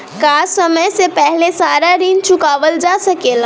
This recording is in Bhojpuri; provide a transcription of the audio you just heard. का समय से पहले सारा ऋण चुकावल जा सकेला?